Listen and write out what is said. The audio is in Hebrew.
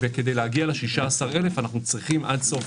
וכדי להגיע ל-16,000 אנחנו צריכים עד סוף